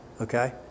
Okay